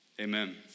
amen